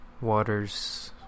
waters